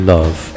Love